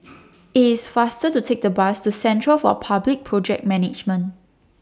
IT IS faster to Take The Bus to Centre For Public Project Management